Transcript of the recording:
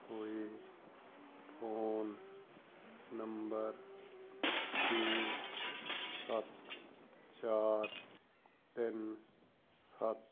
ਹੋਏ phone number ਛੇ ਸੱਤ ਚਾਰ ਤਿੰਨ ਸੱਤ